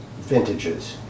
vintages